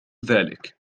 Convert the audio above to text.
ذلك